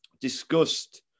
discussed